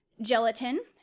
gelatin